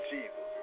Jesus